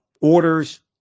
Orders